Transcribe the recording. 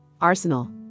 Arsenal